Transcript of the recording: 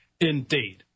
indeed